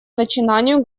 начинанию